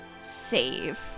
save